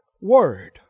word